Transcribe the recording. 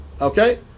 Okay